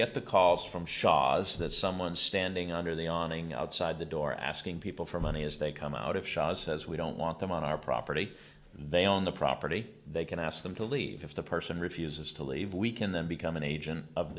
get the calls from shahs that someone standing under the awning outside the door asking people for money as they come out of shot says we don't want them on our property they own the property they can ask them to leave if the person refuses to leave we can then become an agent of